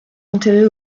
enterré